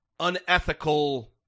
unethical